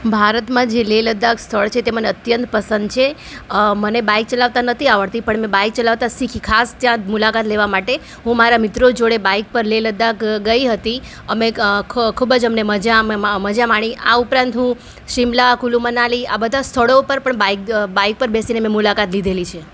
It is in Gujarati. ભારતમાં જે લેહ લદાખ સ્થળ છે તે મને અત્યંત પસંદ છે મને બાઇક ચલાવતા નથી આવડતી પણ મેં બાઇક ચલાવતા શીખી ખાસ ત્યાં જ મુલાકાત લેવા માટે હું મારા મિત્રો જોડે બાઇક પર લેહ લદાખ ગઈ હતી અમે ખ ખૂબ જ અમને મજા અને મ મજા માણી અઅ ઉપરાંત હું સિમલા કુલુ મનાલી આ અ બધા સ્થળો ઉપર પણ બાઇક બ બાઇક પર બેસીને મેં મુલાકાત લીધેલી છે